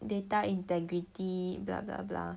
data integrity blah blah blah